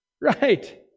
Right